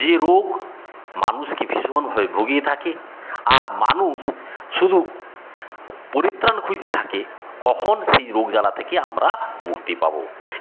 যে রোগ মানুষকে ভীষণভাবে ভুগিয়ে থাকে আর মানুষ শুধু পরিত্রাণ খুঁজতে থাকে কখন সেই রোগজ্বালা থেকে আমরা মুক্তি পাব